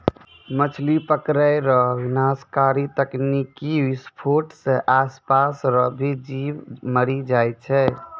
मछली पकड़ै रो विनाशकारी तकनीकी विसफोट से आसपास रो भी जीब मरी जाय छै